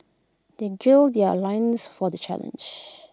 they gill their loins for the challenge